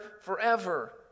forever